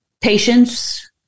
patience